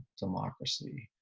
democracy.